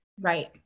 Right